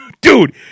Dude